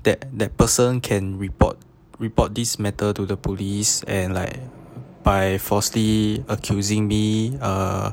that that person can report report this matter to the police and like by falsely accusing me uh